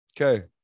Okay